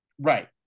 Right